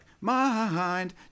mind